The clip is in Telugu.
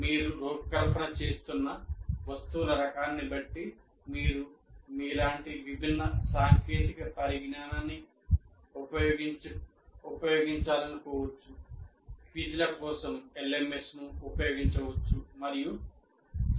మీరు రూపకల్పన చేస్తున్న వస్తువుల రకాన్ని బట్టి మీరు మీలాంటి విభిన్న సాంకేతిక పరిజ్ఞానాన్ని ఉపయోగించాలనుకోవచ్చు క్విజ్ల కోసం LMS ను ఉపయోగించవచ్చు మరియు త్వరగా ఫలితాలను పొందవచ్చు